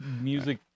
music